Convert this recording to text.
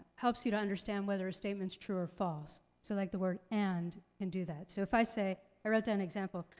helps you to understand whether a statement's true or false. so like the word and can do that. so if i say, i wrote down an example.